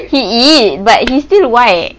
he eat but he's still white